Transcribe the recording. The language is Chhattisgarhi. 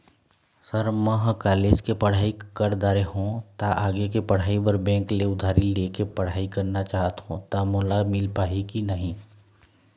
सर म ह कॉलेज के पढ़ाई कर दारें हों ता आगे के पढ़ाई बर बैंक ले उधारी ले के पढ़ाई करना चाहत हों ता मोला मील पाही की नहीं?